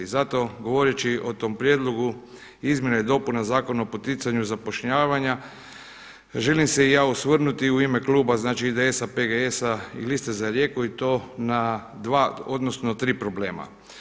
Zato govoreći o tom Prijedlogu izmjena i dopuna Zakona o poticanju zapošljavanja želim se i ja osvrnuti u ime IDS, PGS-a i Liste za Rijeku i to na dva odnosno tri problema.